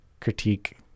critique